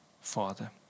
father